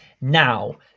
Now